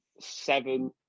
seven